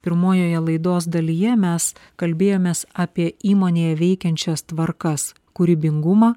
pirmojoje laidos dalyje mes kalbėjomės apie įmonėj veikiančias tvarkas kūrybingumą